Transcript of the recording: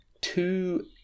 two